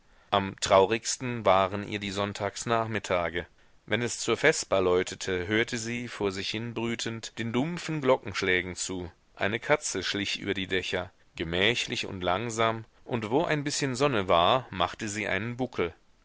am traurigsten waren ihr die sonntagsnachmittage wenn es zur vesper läutete hörte sie vor sich hinbrütend den dumpfen glockenschlägen zu eine katze schlich über die dächer gemächlich und langsam und wo ein bißchen sonne war machte sie einen buckel